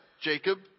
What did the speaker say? jacob